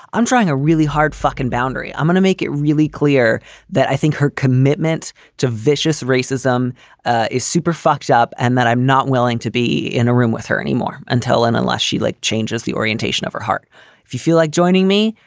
i'm trying a really hard fucking boundary. i'm gonna make it really clear that i think her commitment to vicious racism ah is super fucked up and that i'm not willing to be in a room with her anymore until and unless she like changes the orientation of her heart if you feel like joining me,